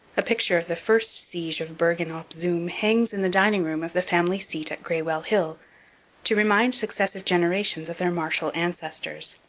a picture of the first siege of bergen-op-zoom hangs in the dining-room of the family seat at greywell hill to remind successive generations of their martial ancestors.